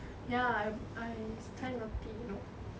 ya I I it's thai milk tea milk